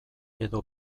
edo